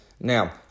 Now